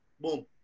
boom